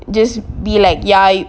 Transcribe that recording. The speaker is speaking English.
just be like ya